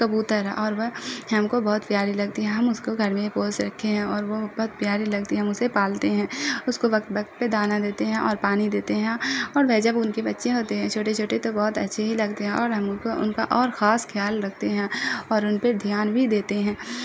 کبوتر ہے اور وہ ہم کو بہت پیاری لگتی ہے ہم اس کو گھر میں پوس رکھے ہیں اور وہ بہت پیاری لگتی ہے ہم اسے پالتے ہیں اس کو وقت وقت پہ دانہ دیتے ہیں اور پانی دیتے ہیں اور وہ جب ان کے بچے ہوتے ہیں چھوٹے چھوٹے تو بہت اچھی ہی لگتے ہیں اور ہم کو ان کا اور خاص خیال رکھتے ہیں اور ان پہ دھیان بھی دیتے ہیں